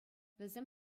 вӗсем